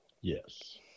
Yes